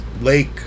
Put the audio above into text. lake